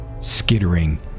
Skittering